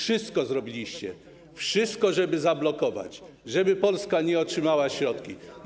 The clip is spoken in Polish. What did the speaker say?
Zrobiliście wszystko, żeby to zablokować, żeby Polska nie otrzymała środków.